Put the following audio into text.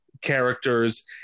characters